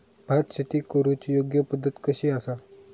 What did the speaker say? भात शेती करुची योग्य पद्धत कशी आसा?